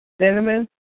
Cinnamon